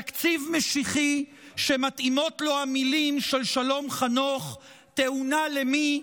תקציב משיחי שמתאימות לו המילים של שלום חנוך: "תאונה למי,